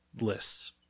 lists